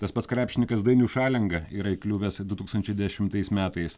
tas pats krepšininkas dainius šalenga yra įkliuvęs du tūkstančiai dešimtais metais